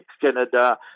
Canada